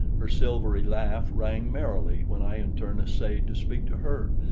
her silvery laugh rang merrily when i in turn essayed to speak to her,